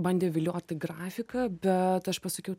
bandė viliot į grafiką bet aš pasakiau